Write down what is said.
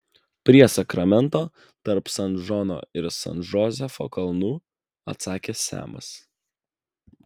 prie sakramento tarp san džono ir san džozefo kalnų atsakė semas